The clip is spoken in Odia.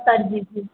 ସାର୍ ଯିବି